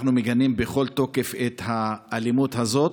אנחנו מגנים בכל תוקף את האלימות הזאת.